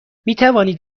میتوانید